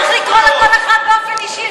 צריך לקרוא לכל אחד באופן אישי,